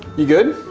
you good?